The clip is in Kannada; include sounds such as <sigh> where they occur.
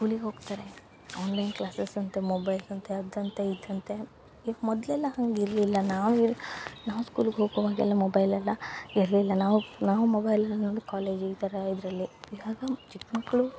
ಸ್ಕೂಲಿಗೆ ಹೋಗ್ತಾರೆ ಆನ್ಲೈನ್ ಕ್ಲಾಸಸ್ ಅಂತೆ ಮೊಬೈಲ್ ಅಂತೆ ಅದು ಅಂತೆ ಇದು ಅಂತೆ ಈಗ ಮೊದಲೆಲ್ಲ ಹಂಗೆ ಇರಲಿಲ್ಲ ನಾವು ಇರ್ ನಾವು ಸ್ಕೂಲ್ಗೆ ಹೋಗುವಾಗೆಲ್ಲ ಮೊಬೈಲೆಲ್ಲ ಇರಲಿಲ್ಲ ನಾವು ನಾವು ಮೊಬೈಲ್ <unintelligible> ಕಾಲೇಜ್ ಈ ಥರ ಇದರಲ್ಲಿ ಇವಾಗ ಚಿಕ್ಕ ಮಕ್ಕಳು